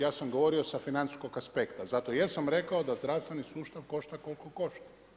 Ja sam govorio sa financijskog aspekta, zato jesam rekao da zdravstveni sustav košta koliko košta.